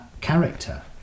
character